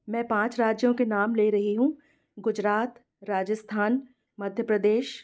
मैं पाँच राज्यों के नाम ले रही हूँ गुजरात राजस्थान मध्य प्रदेश